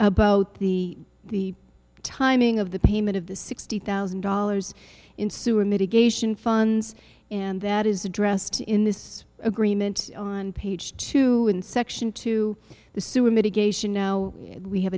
about the the timing of the payment of the sixty thousand dollars in sewer mitigation funds and that is addressed in this agreement on page two in section two the sewer mitigation you know we have